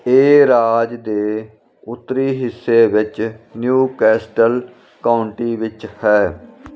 ਇਹ ਰਾਜ ਦੇ ਉੱਤਰੀ ਹਿੱਸੇ ਵਿੱਚ ਨਿਊ ਕੈਸਟਲ ਕਾਉਂਟੀ ਵਿੱਚ ਹੈ